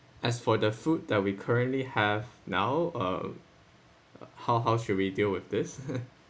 as for the food that we currently have now uh how how should we deal with this